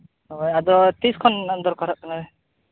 ᱦᱳᱭ ᱟᱫᱚ ᱛᱤᱥ ᱠᱷᱚᱱ ᱫᱚᱨᱠᱟᱨᱚᱜ ᱠᱟᱱᱟ